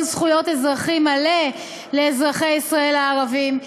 זכויות אזרחי מלא לאזרחי ישראל הערבים,